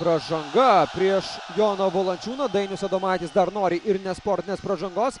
pražanga prieš joną valančiūną dainius adomaitis dar nori ir nesportinės pražangos